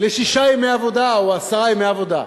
בשישה ימי עבודה או עשרה ימי עבודה.